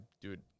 dude